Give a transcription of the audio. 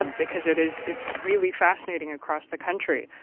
um because it is it's really fascinating across the country.